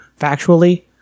factually